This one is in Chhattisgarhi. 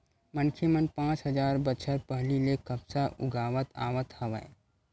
मनखे मन पाँच हजार बछर पहिली ले कपसा उगावत आवत हवय